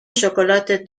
شکلات